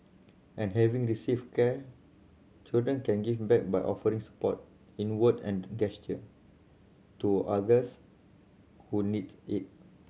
and having received care children can give back by offering support in word and gesture to others who need it